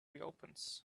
reopens